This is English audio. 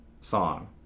song